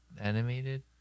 animated